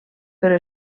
però